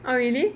oh really